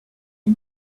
you